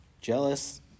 jealous